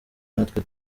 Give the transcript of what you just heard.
natwe